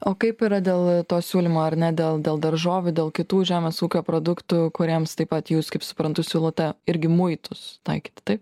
o kaip yra dėl to siūlymo ar ne dėl dėl daržovių dėl kitų žemės ūkio produktų kuriems taip pat jūs kaip suprantu siūlote irgi muitus taikyti taip